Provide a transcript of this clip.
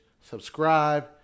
subscribe